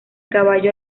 caballo